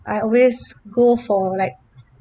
I always go for like